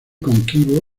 coquimbo